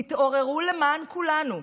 תתעוררו למען כולנו.